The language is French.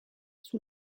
sous